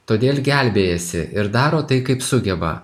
todėl gelbėjasi ir daro tai kaip sugeba